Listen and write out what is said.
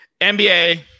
nba